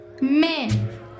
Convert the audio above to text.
Men